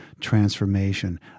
transformation